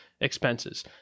expenses